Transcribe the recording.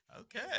okay